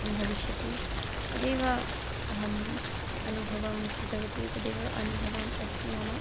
किं भविष्यति तदेव अहम् अनुभवं कृतवती तदेव अनुभवः अस्ति मम